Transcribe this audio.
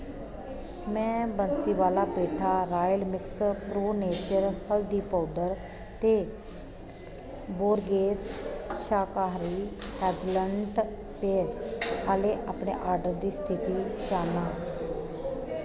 में Bansiwala petha royal mix pro nature haldi powder ते Borges शाकाहारी हेजलनट पेय आह्ले अपने आर्डर दी स्थिति जानना